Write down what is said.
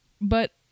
But-